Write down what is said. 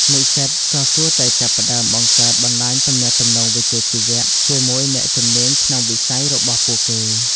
និស្សិតក៏គួរតែចាប់ផ្តើមបង្កើតបណ្តាញទំនាក់ទំនងវិជ្ជាជីវៈ ជាមួយអ្នកជំនាញក្នុងវិស័យរបស់ពួកគេ។